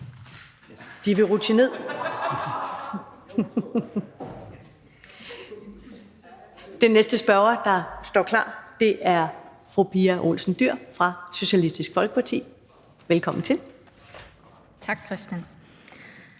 ned. (Munterhed). Den næste spørger, der står klar, er fru Pia Olsen Dyhr fra Socialistisk Folkeparti. Velkommen til. Kl. 13:22 Spm.